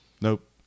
Nope